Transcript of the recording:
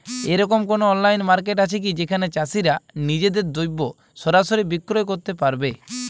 এরকম কোনো online market আছে কি যেখানে চাষীরা নিজেদের দ্রব্য সরাসরি বিক্রয় করতে পারবে?